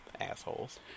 Assholes